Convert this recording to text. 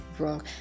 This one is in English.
wrong